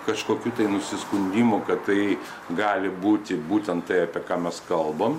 kažkokių tai nusiskundimų kad tai gali būti būtent tai apie ką mes kalbam